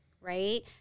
right